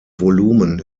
volumen